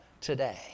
today